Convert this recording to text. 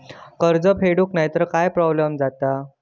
कर्ज फेडूक नाय तर काय प्रोब्लेम जाता?